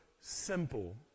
simple